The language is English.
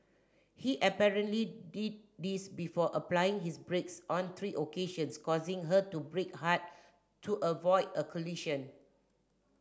he apparently did this before applying his brakes on three occasions causing her to brake hard to avoid a collision